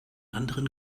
anderen